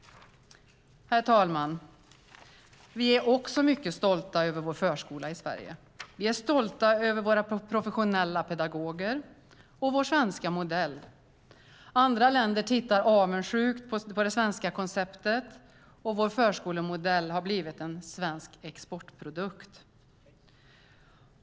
Herr talman! Vi är också mycket stolta över vår förskola i Sverige. Vi är stolta över våra professionella pedagoger och vår svenska modell. Andra länder tittar avundsjukt på det svenska konceptet, och vår förskolemodell har blivit en svensk exportprodukt.